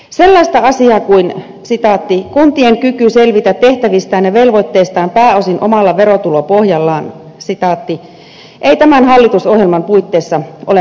sellaista asiaa kuin kuntien kykyä selvitä tehtävistään ja velvoitteistaan pääosin omalla verotulorahoituksellaan ei tämän hallitusohjelman puitteissa ole mahdollista toteuttaa